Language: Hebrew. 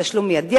תשלום מיידי,